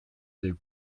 the